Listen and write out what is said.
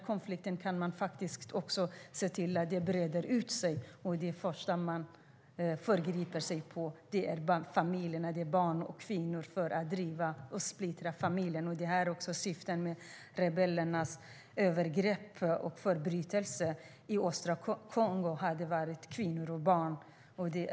Vi kan se konflikterna breda ut sig, och det är barnfamiljerna, kvinnorna och barnen, man först förgriper sig på. Man splittrar familjerna. Det är syftet med rebellernas övergrepp och andra förbrytelser.